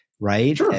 right